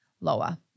lower